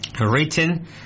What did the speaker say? written